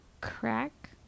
Crack